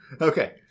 Okay